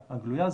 הגלויה,